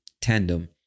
tandem